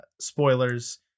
spoilers